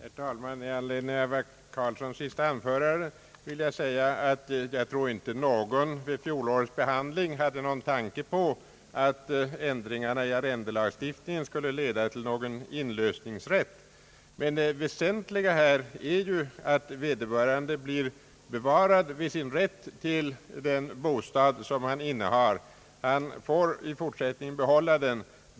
Herr talman! I anledning av herr Karlssons senaste anförande vill jag säga att jag inte tror att någon vid fjolårets behandling av denna fråga hade någon tanke på att ändringarna i arrendelagstiftningen skulle leda till någon inlösningsrätt. Det väsentliga är att vederbörande får behålla sin rätt till den bostad han har.